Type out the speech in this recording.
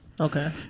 Okay